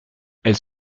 elle